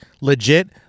legit